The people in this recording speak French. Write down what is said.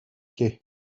quais